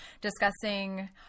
discussing